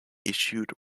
issued